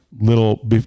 little